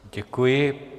Děkuji.